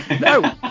no